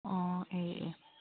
ꯑꯥ ꯑꯦ ꯑꯦ